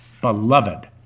beloved